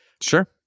Sure